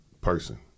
person